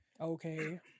okay